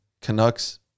Canucks